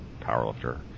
powerlifter